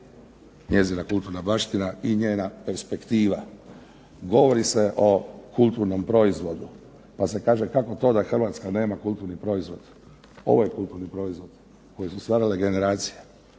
njezina kulturna baština i njena perspektiva. Govori se o kulturnom proizvodu, pa se kaže kako to da Hrvatska nema kulturni proizvod. Ovo je kulturni proizvod kojeg su slavile generacije,